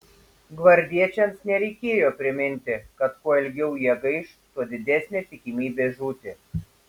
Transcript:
gvardiečiams nereikėjo priminti kad kuo ilgiau jie gaiš tuo didesnė tikimybė žūti